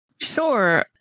Sure